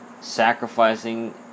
Sacrificing